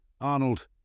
Arnold